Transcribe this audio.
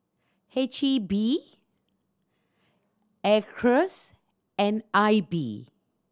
H E B Acres and I B